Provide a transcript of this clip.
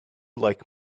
like